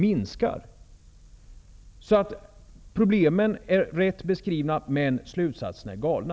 Problemen är således riktigt beskrivna, men slutsatserna är galna.